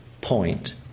point